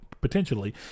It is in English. potentially